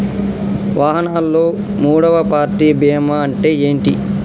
వాహనాల్లో మూడవ పార్టీ బీమా అంటే ఏంటి?